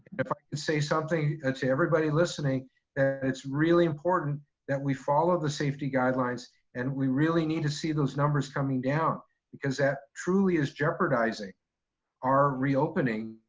if i can say something to everybody listening, that it's really important that we follow the safety guidelines and we really need to see those numbers coming down because that truly is jeopardizing our reopening.